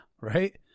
right